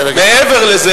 מעבר לזה,